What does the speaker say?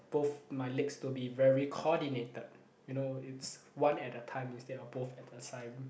both my legs to be very coordinated you know it's one at a time instead of both at the time